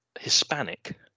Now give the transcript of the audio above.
Hispanic